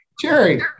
Jerry